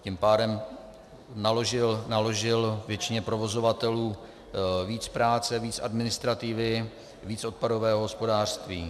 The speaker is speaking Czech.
Tím pádem naložil většině provozovatelů víc práce, víc administrativy, víc odpadového hospodářství.